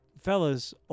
fellas